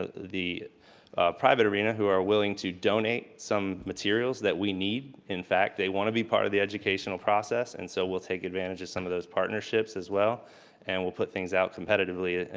ah the private arena who are willing to donate some materials that we need. in fact, they wanna be part of the educational process and so we'll take advantage of some of those partnerships as well and we'll put things out competitively, ah